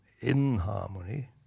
inharmony